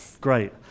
great